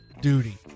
duty